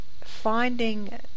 Finding